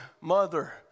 mother